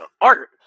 art